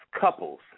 couples